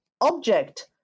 object